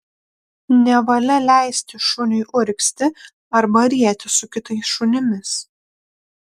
nevalia leisti šuniui urgzti arba rietis su kitais šunimis